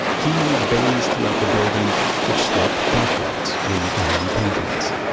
he made bays throughout the building which slope backwards where you can hang paintings